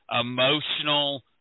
emotional